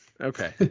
Okay